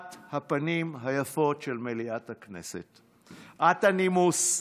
את הפנים היפות של מליאת הכנסת, את הנימוס,